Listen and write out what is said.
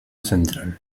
central